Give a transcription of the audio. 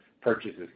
purchases